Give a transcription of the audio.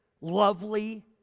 lovely